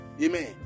Amen